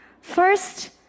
First